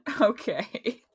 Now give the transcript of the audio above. Okay